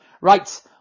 Right